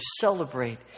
celebrate